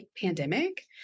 pandemic